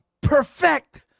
perfect